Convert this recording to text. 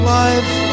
life